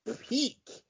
peak